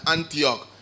Antioch